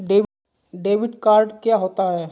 Debit card क्या होता है?